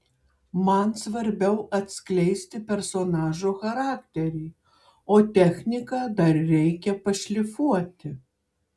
man svarbiau atskleisti personažo charakterį o techniką dar reikia pašlifuoti